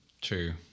True